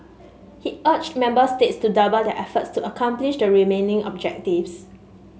he urged member states to double their efforts to accomplish the remaining objectives